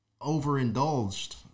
overindulged